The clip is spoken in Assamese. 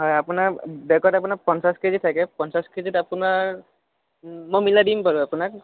হয় আপোনাক বেগত আপোনাৰ পঞ্চাশ কেজি থাকে পঞ্চাশ কেজিত আপোনাৰ মই মিলাই দিম বাৰু আপোনাক